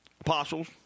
apostles